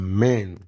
Amen